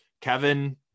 kevin